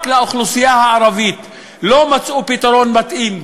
רק לאוכלוסייה הערבית לא מצאו פתרון מתאים.